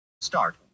Start